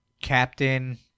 Captain